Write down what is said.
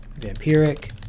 vampiric